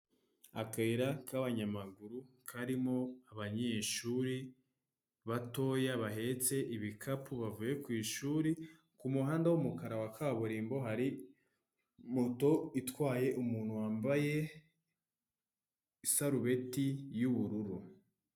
Akayira k'abanyamaguru karimo abanyeshuri batoya bahetse ibikapu bavuye ku ishuri, ku muhanda w'umukara wa kaburimbo hari moto itwaye umuntu wambaye isarubeti y'ubururu.